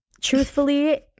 truthfully